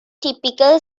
typical